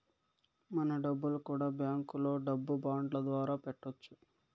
మన డబ్బులు కూడా బ్యాంకులో డబ్బు బాండ్ల ద్వారా పెట్టొచ్చు